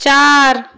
চার